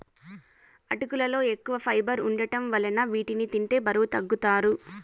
అటుకులలో ఎక్కువ ఫైబర్ వుండటం వలన వీటిని తింటే బరువు తగ్గుతారు